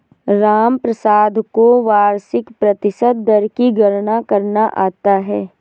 रामप्रसाद को वार्षिक प्रतिशत दर की गणना करना आता है